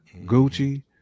Gucci